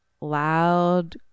loud